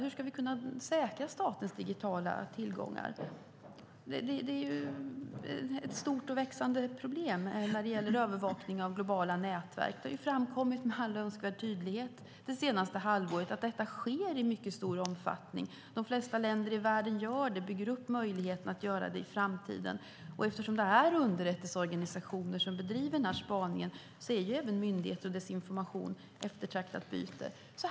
Hur ska vi kunna säkra statens digitala tillgångar? Det är ett stort och växande problem när det gäller övervakning av globala nätverk. Det har framkommit med all önskvärd tydlighet det senaste halvåret att detta sker i mycket stor omfattning. De flesta länder i världen gör det eller bygger upp möjligheten att göra det i framtiden. Eftersom det är underrättelseorganisationer som bedriver den här spaningen är även myndigheter och deras information ett eftertraktat byte.